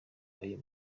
ayo